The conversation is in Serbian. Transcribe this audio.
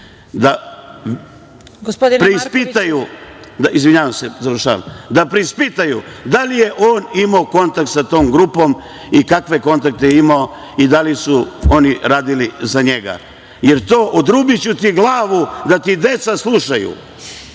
da preispitaju da li je on imao kontakt sa tom grupom i kakve kontakte je imao i da li su oni radili za njega. Jer to: „Odrubiću ti glavu“, da ti deca slušaju